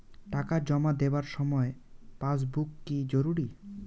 টাকা জমা দেবার সময় পাসবুক কি জরুরি?